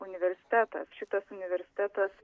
universitetas šitas universitetas